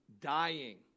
dying